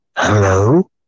Hello